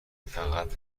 فقط